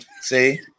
See